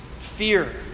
fear